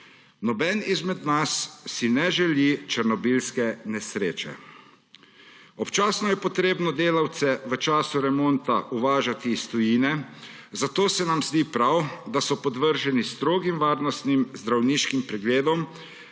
Nihče izmed nas si ne želi černobilske nesreče. Občasno je treba delavce v času remonta uvažati iz tujine, zato se nam zdi prav, da so podvrženi strogim varnostnim zdravniškim pregledom,